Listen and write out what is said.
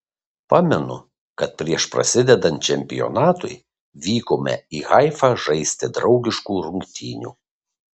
pamenu kad prieš prasidedant čempionatui vykome į haifą žaisti draugiškų rungtynių